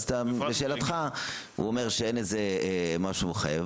לשאלתך הוא אומר שאין משהו מחייב,